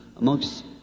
amongst